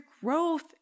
growth